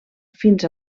fins